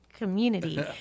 community